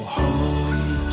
holy